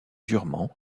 durement